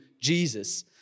Jesus